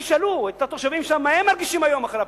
ותשאלו את אנשים שם מה הם מרגישים היום אחרי הפירוק.